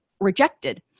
rejected